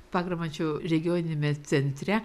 pagramančio regioniniame centre